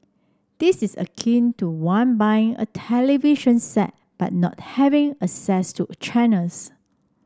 this is akin to one buying a television set but not having access to channels